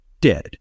dead